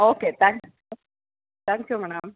okay thank you thank you madam